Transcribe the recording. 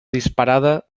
disparada